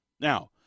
Now